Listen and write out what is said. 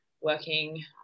working